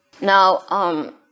Now